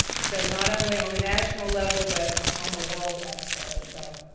so, not only on the national level, but on the world expo. so,